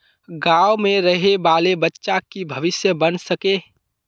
गाँव में रहे वाले बच्चा की भविष्य बन सके?